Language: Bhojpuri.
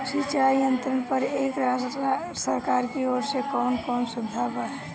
सिंचाई यंत्रन पर एक सरकार की ओर से कवन कवन सुविधा बा?